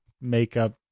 makeup